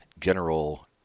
General